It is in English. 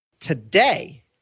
Today